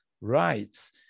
rights